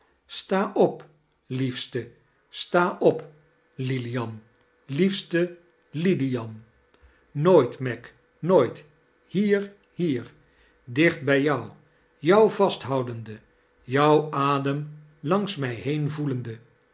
sta op liefste sta op lilian liefste lilian nooit meg nooit hier hier dicht bij jou jou vasthoudende jou adem langs mij